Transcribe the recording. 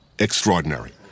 Extraordinary